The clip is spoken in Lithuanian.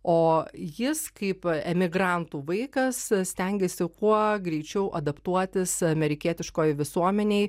o jis kaip emigrantų vaikas stengėsi kuo greičiau adaptuotis amerikietiškoj visuomenėj